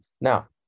Now